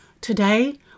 Today